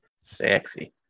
Sexy